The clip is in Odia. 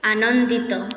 ଆନନ୍ଦିତ